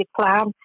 plan